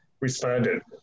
responded